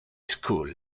school